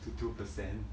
too two percent